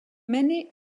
many